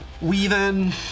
weaving